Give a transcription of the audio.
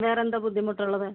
വേറെന്താ ബുദ്ധിമുട്ടുള്ളത്